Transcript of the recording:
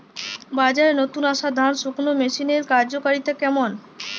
বাজারে নতুন আসা ধান শুকনোর মেশিনের কার্যকারিতা কেমন?